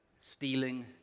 stealing